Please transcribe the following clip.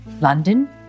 London